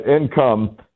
income